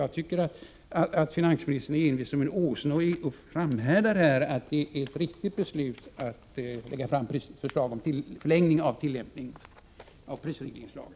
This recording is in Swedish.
Jag tycker att finansministern är envis som en åsna när han framhärdar i att det är ett riktigt beslut att lägga fram förslag om förlängd tillämpning av allmänna prisregleringslagen.